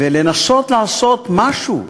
לנסות לעשות משהו.